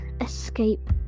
Escape